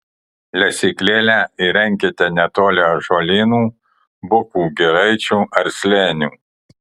lesyklėlę įrenkite netoli ąžuolynų bukų giraičių ar slėnių